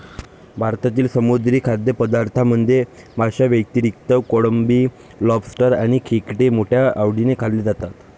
भारतातील समुद्री खाद्यपदार्थांमध्ये माशांव्यतिरिक्त कोळंबी, लॉबस्टर आणि खेकडे मोठ्या आवडीने खाल्ले जातात